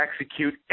execute